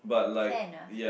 fair enough